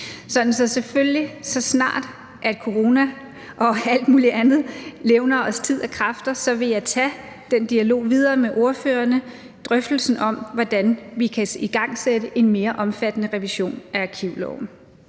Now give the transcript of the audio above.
så snart corona og alt muligt andet levner os tid og kræfter, tage den dialog videre med ordførerne, altså drøftelsen om, hvordan vi kan igangsætte en mere omfattende revision af arkivloven.